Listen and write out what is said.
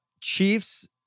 Chiefs